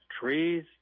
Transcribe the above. trees